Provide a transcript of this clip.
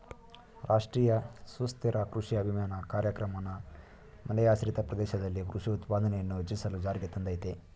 ರಾಷ್ಟ್ರೀಯ ಸುಸ್ಥಿರ ಕೃಷಿ ಅಭಿಯಾನ ಕಾರ್ಯಕ್ರಮನ ಮಳೆಯಾಶ್ರಿತ ಪ್ರದೇಶದಲ್ಲಿ ಕೃಷಿ ಉತ್ಪಾದನೆಯನ್ನು ಹೆಚ್ಚಿಸಲು ಜಾರಿಗೆ ತಂದಯ್ತೆ